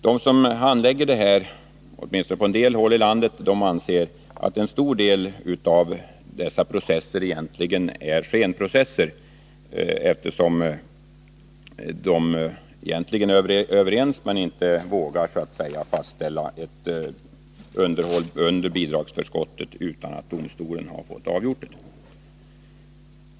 De som handlägger sådana här ärenden anser — åtminstone gör man det på en del håll i landet — att en stor del av dessa processer egentligen är skenprocesser, eftersom parterna ofta är överens men inte vågar fastställa ett underhåll under bidragsförskottet utan att domstol avgjort frågan.